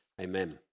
Amen